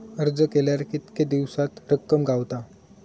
अर्ज केल्यार कीतके दिवसात रक्कम गावता?